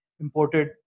imported